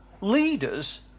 leaders